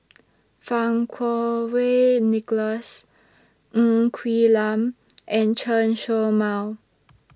Fang Kuo Wei Nicholas Ng Quee Lam and Chen Show Mao